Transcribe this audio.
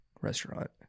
restaurant